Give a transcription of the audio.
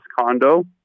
condo